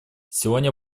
сегодня